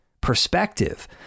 perspective